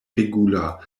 regula